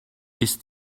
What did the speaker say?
ist